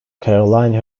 carolina